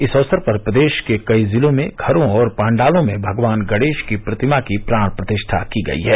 इस अवसर पर प्रदेश के कई जिलों में घरों और पण्डालों में भगवान गणेश की प्रतिमा की प्रांण प्रति ठा की गयी है